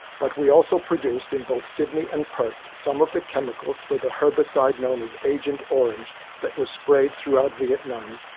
but we also produced, in both sydney and perth, some of the chemicals for the herbicide known as agent orange that was sprayed throughout vietnam,